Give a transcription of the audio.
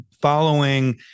following